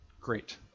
Great